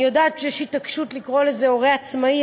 אני יודעת שיש התעקשות לקרוא לזה "הורה עצמאי",